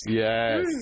yes